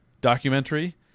documentary